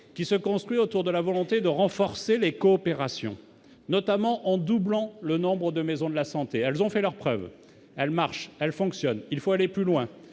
qui se construit autour de la volonté de renforcer les coopérations, notamment en doublant le nombre de maisons de la santé, elles ont fait leurs preuves, elles marchent, elle fonctionne, il faut aller plus loin,